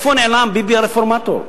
לאן נעלם ביבי הרפורמטור?